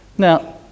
Now